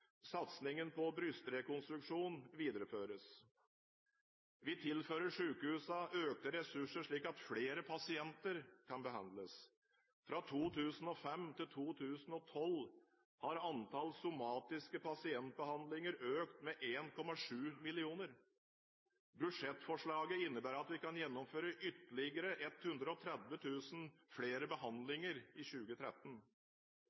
Satsingen på brystrekonstruksjon videreføres. Vi tilfører sykehusene økte ressurser, slik at flere pasienter kan behandles. Fra 2005 til 2012 har antall somatiske pasientbehandlinger økt med 1,7 millioner. Budsjettforslaget innebærer at vi kan gjennomføre ytterligere